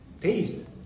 taste